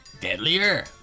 deadlier